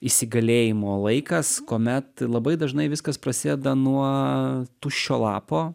įsigalėjimo laikas kuomet labai dažnai viskas prasieda nuo tuščio lapo